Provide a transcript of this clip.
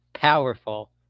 powerful